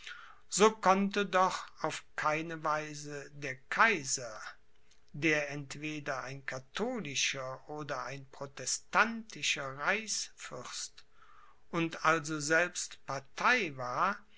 so konnte doch auf keine weise der kaiser der entweder ein katholischer oder ein protestantischer reichsfürst und also selbst partei war